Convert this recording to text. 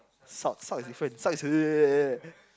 sulk sulk is different sulk is